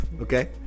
Okay